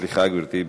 סליחה, גברתי.